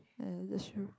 uh that's true